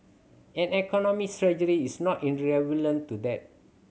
and economic strategy is not to that